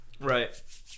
Right